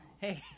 Hey